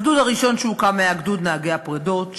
הגדוד הראשון שהוקם היה גדוד נהגי הפרדות,